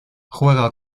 juega